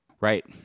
Right